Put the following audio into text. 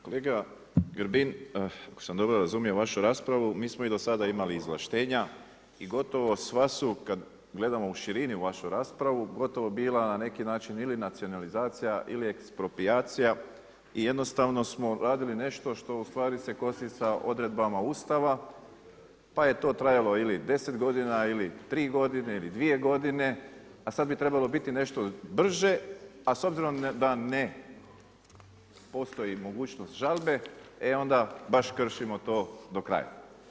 Kolega Grbin, ako sam dobro razumio vašu raspravu mi smo i do sada imali izvlaštenja i gotovo sva su, kad gledamo u širini u vašu raspravu gotovo bila na neki način ili nacionalizacija ili eksproprijacija i jednostavno smo radili nešto što u stvari se kosi sa odredbama Ustava, pa je to trajalo ili 10 godina, ili 3 godine ili 2 godine, a sad bi trebalo biti nešto brže, a s obzirom da ne postoji mogućnost žalbe, e onda baš kršimo to do kraja.